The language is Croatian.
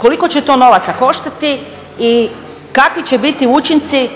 koliko će to novaca koštati i kakvi će biti učinci